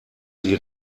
sie